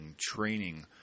training